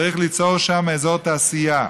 צריך ליצור שם אזור תעשייה.